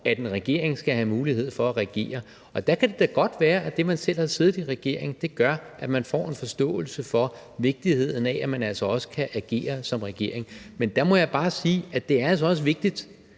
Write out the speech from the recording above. at en regering skal have mulighed for at regere, og der kan det da godt være, at det, at man selv har siddet i regering, gør, at man får en forståelse for vigtigheden af, at man altså også kan agere som regering. Der må jeg bare sige, at det altså også er vigtigt,